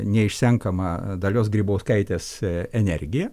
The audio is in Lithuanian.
neišsenkamą dalios grybauskaitės energiją